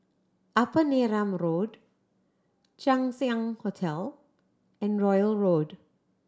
Upper Neram Road Chang Ziang Hotel and Royal Road